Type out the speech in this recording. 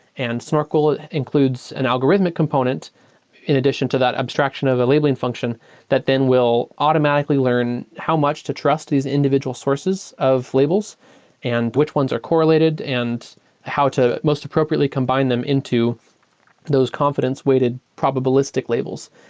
and snorkel includes an algorithmic component in addition to that abstraction of a labeling function that then will automatically learn how much to trust these individual sources of labels and which ones are correlated and how to most appropriately combine them into those confidence weighted probabilistic labels.